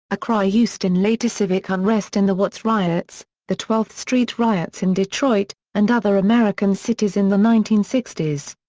a cry used in later civic unrest in the watts riots, the twelfth street riots in detroit, and other american cities in the nineteen sixty s.